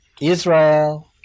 Israel